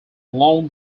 along